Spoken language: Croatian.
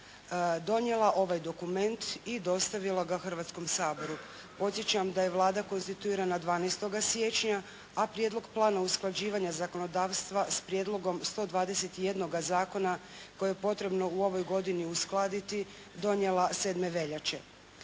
donijela ovaj dokument i dostavila ga Hrvatskom saboru. Podsjećam da je Vlada konstituirana 12. siječnja, a Prijedlog plana usklađivanja zakonodavstva s prijedlogom 121 zakona koje je potrebno u ovoj godini uskladiti donijela 7. veljače.